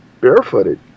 barefooted